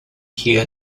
kia